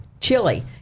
chili